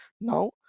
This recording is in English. now